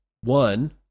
one